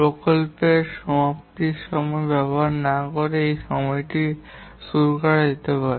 প্রকল্পের সমাপ্তির সময় ব্যাহত না করেই এই সময়টি শুরু করা যেতে পারে